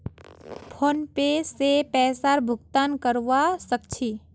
PhonePe से पैसार भुगतान करवा सकछी